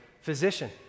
physician